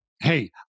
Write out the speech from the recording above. Hey